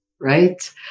Right